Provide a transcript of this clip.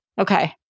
Okay